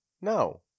No